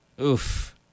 Oof